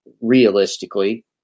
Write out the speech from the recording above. Realistically